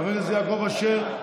איפה הוא יושב כאן במליאה?